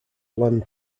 land